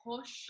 Push